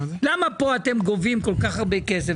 למה פה אתם גובים כל כך הרבה כסף,